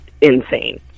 insane